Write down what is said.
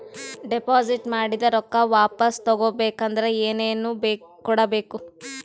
Deposit ಮಾಡಿದ ರೊಕ್ಕ ವಾಪಸ್ ತಗೊಬೇಕಾದ್ರ ಏನೇನು ಕೊಡಬೇಕು?